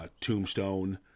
Tombstone